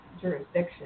jurisdiction